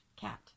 cat